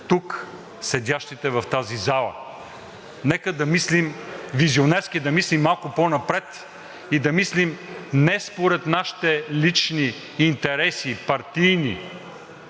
тук седящите в тази зала? Нека визионерски да мислим малко по-напред и да мислим не според нашите лични и партийни